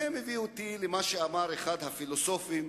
זה מביא אותי למה שאמר אחד הפילוסופים,